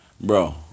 Bro